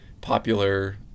popular